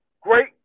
great